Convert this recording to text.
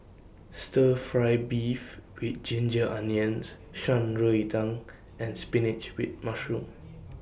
Stir Fry Beef with Ginger Onions Shan Rui Tang and Spinach with Mushroom